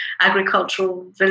agricultural